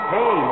Hey